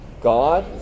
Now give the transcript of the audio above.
God